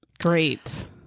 Great